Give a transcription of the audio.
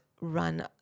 run